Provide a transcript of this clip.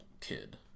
kid